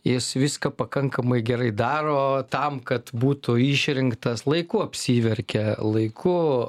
jis viską pakankamai gerai daro tam kad būtų išrinktas laiku apsiverkia laiku